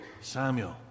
Samuel